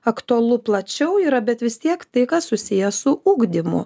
aktualu plačiau yra bet vis tiek tai kas susiję su ugdymu